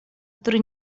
który